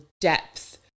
depth